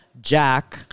Jack